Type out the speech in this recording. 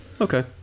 Okay